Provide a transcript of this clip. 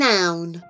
Noun